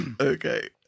Okay